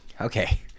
okay